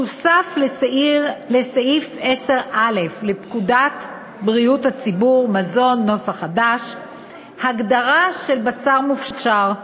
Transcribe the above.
תוסף לסעיף 10א לפקודת בריאות הציבור (מזון) הגדרה של בשר מופשר,